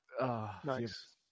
nice